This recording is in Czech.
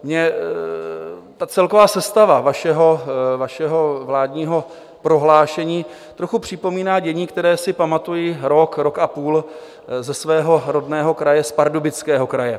Mně ta celková sestava vašeho vládního prohlášení trochu připomíná dění, které si pamatuji rok, rok a půl ze svého rodného kraje, z Pardubického kraje.